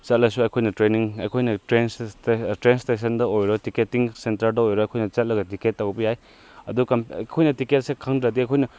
ꯆꯠꯂꯁꯨ ꯑꯩꯈꯣꯏꯅ ꯇ꯭ꯔꯦꯅꯤꯡ ꯑꯩꯈꯣꯏꯅ ꯇ꯭ꯔꯦꯟ ꯏꯁꯇꯦꯁꯟꯗ ꯑꯣꯏꯔꯣ ꯇꯤꯀꯦꯇꯤꯡ ꯁꯦꯟꯇꯔꯗ ꯑꯣꯏꯔꯣ ꯑꯩꯈꯣꯏꯅ ꯆꯠꯂꯒ ꯇꯤꯀꯦꯠ ꯇꯧꯕ ꯌꯥꯏ ꯑꯗꯨ ꯑꯩꯈꯣꯏꯅ ꯇꯤꯀꯦꯠꯁꯦ ꯈꯪꯗ꯭ꯔꯗꯤ ꯑꯩꯈꯣꯏꯅ